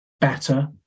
better